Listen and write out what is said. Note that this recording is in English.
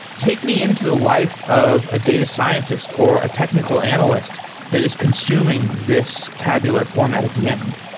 take me into the life of a data scientist or a technical analyst that is consuming this tabular format at the end.